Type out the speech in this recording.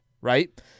right